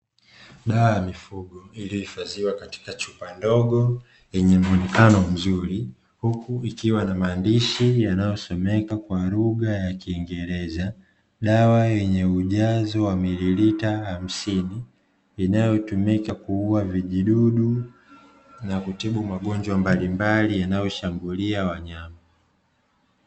Dawa ya mifugo iliyohifadhiwa katika chupa ndogo yenye muonekano mzuri, huku ikiwa na maandishi yanayosomeka kwa lugha ya kiingereza, dawa yenye ujuazo wa mililita hamsini, inayotumika kuua vijidudu na kutibu magonjwa mbalimbali yanayoshambulia wanyama.